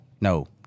no